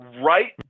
right